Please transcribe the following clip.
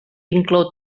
inclou